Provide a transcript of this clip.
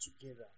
together